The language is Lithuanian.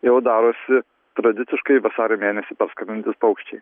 jau darosi tradiciškai vasario mėnesį parskrendantys paukščiai